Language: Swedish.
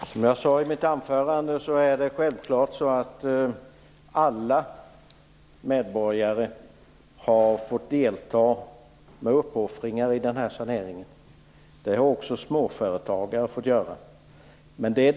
Fru talman! Som jag sade i mitt inledningsanförande nyss har självfallet alla medborgare fått delta med uppoffringar i samband med gjorda sanering. Det har också småföretagarna fått göra.